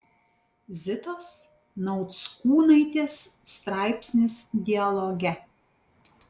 zitos nauckūnaitės straipsnis dialoge